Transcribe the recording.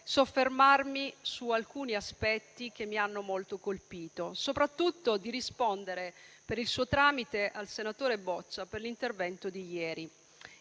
soffermarmi su alcuni aspetti che mi hanno molto colpito e soprattutto di rispondere, per il suo tramite, al senatore Boccia per l'intervento di ieri.